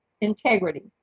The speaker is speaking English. integrity